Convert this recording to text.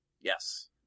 Yes